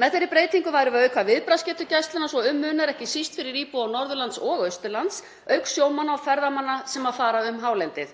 Með þeirri breytingu værum við auka viðbragðsgetu Gæslunnar svo um munar, ekki síst fyrir íbúa Norðurlands og Austurlands auk sjómanna og ferðamanna sem fara um hálendið.